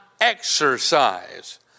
exercise